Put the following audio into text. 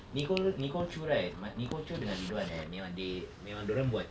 nicole nicole choo right ma~ nicole choo dengan ridhwan eh memang they memang dia orang buat